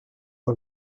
her